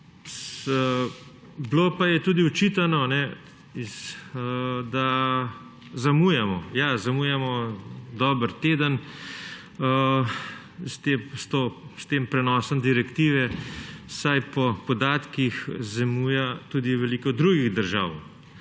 Bilo pa je tudi očitano, da zamujamo. Ja, zamujamo dober teden s tem prenosom direktive, saj po podatkih zamuja tudi veliko drugih držav